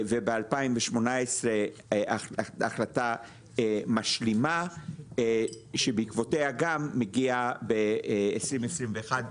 וב-2018 החלטה משלימה שבעקבותיה גם מגיע ב-2021,